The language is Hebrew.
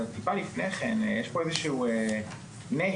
אבל לפני כן אומר שיש פה איזשהו נהי